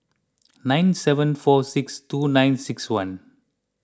nine seven four six two nine six one